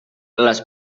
les